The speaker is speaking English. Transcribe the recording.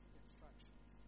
instructions